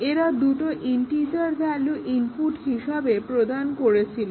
এরা দুটো integer value input হিসেবে প্রদান করছিল